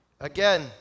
Again